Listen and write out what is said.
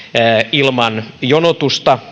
ilman jonotusta